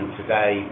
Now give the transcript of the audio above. today